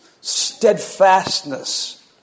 steadfastness